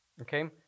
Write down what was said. Okay